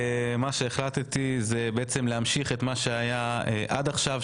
החלטתי בעצם להמשיך את מה שהיה עד עכשיו,